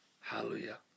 Hallelujah